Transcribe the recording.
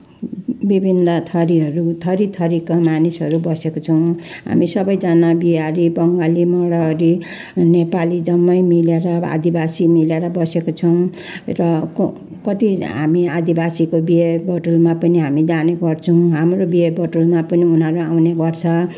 विभिन्न थरीहरू थरी थरीका मानिसहरू बसेको छौँ हामी सबैजना बिहारी बङ्गाली मारवारी नेपाली जम्मै मिलेर आदिवासी मिलेर बसेको छौँ र क कति हामी आदिवासीको बिहेबटुलमा पनि हामी जाने गर्छौँ हाम्रो बिहेबटुलमा पनि उनीहरू आउने गर्छ